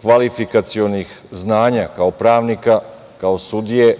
kvalifikacionih znanja kao pravnika, kao sudije,